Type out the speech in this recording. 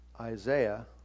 Isaiah